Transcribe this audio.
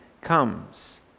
comes